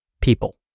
people